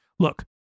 Look